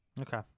Okay